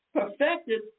perfected